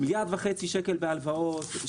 מיליארד וחצי שקל בהלוואות,